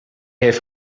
heeft